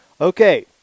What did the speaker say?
Okay